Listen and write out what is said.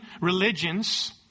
religions